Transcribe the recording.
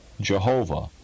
jehovah